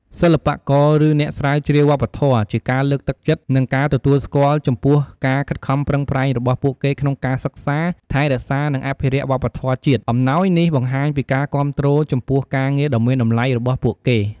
សិល្បករ ឬអ្នកស្រាវជ្រាវវប្បធម៌ ជាការលើកទឹកចិត្ត និងការទទួលស្គាល់ចំពោះការខិតខំប្រឹងប្រែងរបស់ពួកគេក្នុងការសិក្សា ថែរក្សា និងអភិរក្សវប្បធម៌ជាតិ អំណោយនេះបង្ហាញពីការគាំទ្រចំពោះការងារដ៏មានតម្លៃរបស់ពួកគេ។។